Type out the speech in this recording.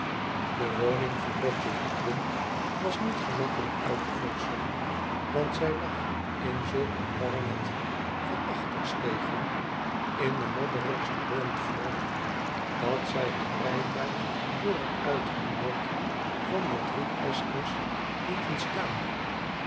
de woning van betje higden was niet gemakkelijk uit te vorschen want zij lag in zulk een warnet van achterstegen in het modderige brentford dat zij hun rijtuig voor het uithangbord van de idrieeksters lieten staan